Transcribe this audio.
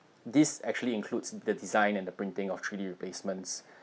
this actually includes the design and the printing of three D replacements